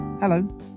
Hello